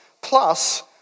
plus